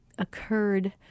occurred